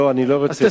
לא, אני לא רוצה.